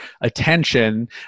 attention